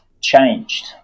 changed